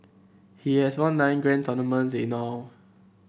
he has won nine grand tournaments in all